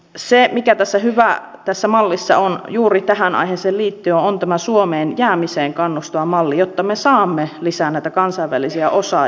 se mikä tässä mallissa on hyvä juuri tähän aiheeseen liittyen on tämä suomeen jäämiseen kannustava malli jotta me saamme lisää näitä kansainvälisiä osaajia